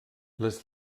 les